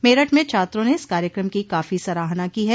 मेरठ में छात्रों ने इस कार्यक्रम की काफी सराहना को है